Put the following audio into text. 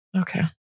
Okay